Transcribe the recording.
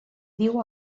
diu